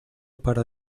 para